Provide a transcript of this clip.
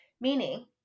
Meaning